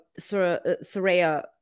Soraya